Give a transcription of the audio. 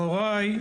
הוריי,